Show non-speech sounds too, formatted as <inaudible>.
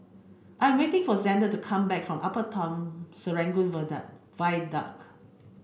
I am waiting for Zander to come back from Upper Town Serangoon <unintelligible> Viaduct